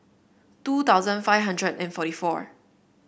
two thousand five hundred and forty four